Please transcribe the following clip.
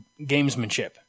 gamesmanship